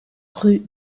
rue